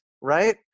right